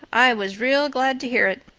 i was real glad to hear it.